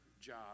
job